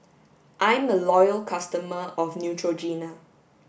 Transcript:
I'm a loyal customer of Neutrogena